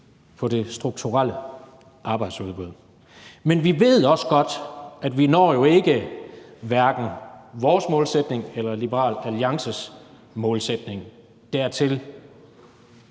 på det strukturelle arbejdsudbud. Men vi ved også godt, at vi hverken når vores målsætning eller Liberal Alliances målsætning. Det